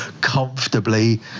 comfortably